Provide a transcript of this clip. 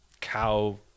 cow